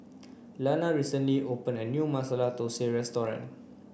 Lana recently opened a new Masala Thosai